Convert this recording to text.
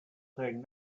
thing